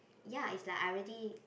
ya it's like I already